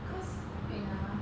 cause wait ah